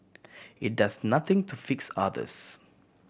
it does nothing to fix others